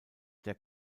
der